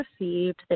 received